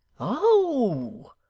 oh,